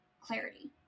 clarity